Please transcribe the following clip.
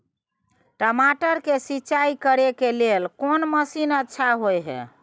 टमाटर के सिंचाई करे के लेल कोन मसीन अच्छा होय है